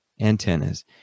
antennas